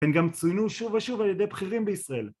הם גם צוינו שוב ושוב על ידי בכירים בישראל